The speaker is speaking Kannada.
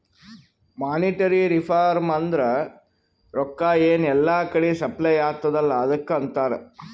ಮೋನಿಟರಿ ರಿಫಾರ್ಮ್ ಅಂದುರ್ ರೊಕ್ಕಾ ಎನ್ ಎಲ್ಲಾ ಕಡಿ ಸಪ್ಲೈ ಅತ್ತುದ್ ಅಲ್ಲಾ ಅದುಕ್ಕ ಅಂತಾರ್